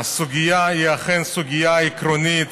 הסוגיה היא אכן סוגיה עקרונית,